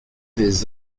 des